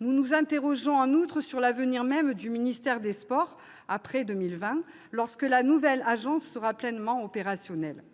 Nous nous interrogeons, en outre, sur l'avenir même du ministère des sports après 2020, lorsque la nouvelle agence sera pleinement opérationnelle.